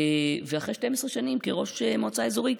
ואחרי 12 שנים כראש מועצה אזורית,